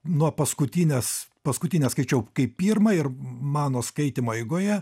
nuo paskutinės paskutinę skaičiau kaip pirmą ir mano skaitymo eigoje